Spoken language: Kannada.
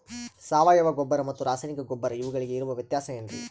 ಸಾವಯವ ಗೊಬ್ಬರ ಮತ್ತು ರಾಸಾಯನಿಕ ಗೊಬ್ಬರ ಇವುಗಳಿಗೆ ಇರುವ ವ್ಯತ್ಯಾಸ ಏನ್ರಿ?